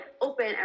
open